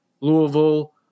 Louisville